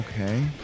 Okay